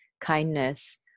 kindness